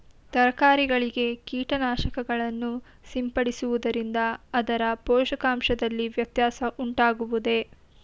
ತರಕಾರಿಗಳಿಗೆ ಕೀಟನಾಶಕಗಳನ್ನು ಸಿಂಪಡಿಸುವುದರಿಂದ ಅದರ ಪೋಷಕಾಂಶದಲ್ಲಿ ವ್ಯತ್ಯಾಸ ಉಂಟಾಗುವುದೇ?